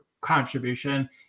contribution